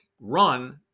run